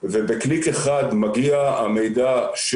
כל מי שהמיזם הזה נגע לו מבחינת הנוער